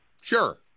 Sure